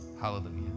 hallelujah